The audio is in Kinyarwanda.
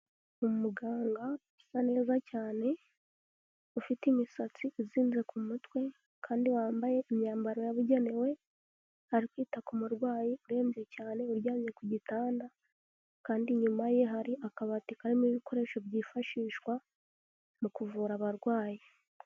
Umuganga usa neza cyane, ufite imisatsi izinze ku mutwe kandi wambaye imyambaro yabugenewe, ari kwita ku murwayi urembye cyane uryamye ku gitanda kandi inyuma ye hari akabati karimo ibikoresho byifashishwa mu kuvura abarwayi.